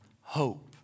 hope